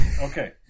Okay